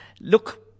Look